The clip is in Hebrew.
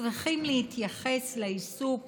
צריכים להתייחס לעיסוק